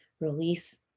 release